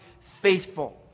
faithful